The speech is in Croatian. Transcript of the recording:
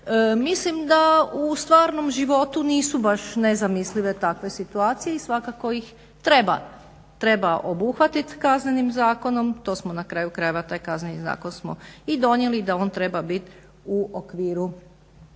Mislim da u stvarnom životu nisu baš nezamislive takve situacije i svakako ih treba obuhvatit Kaznenim zakonom. To smo na kraju krajeva taj Kazneni zakon smo i donijeli i da on treba bit u okviru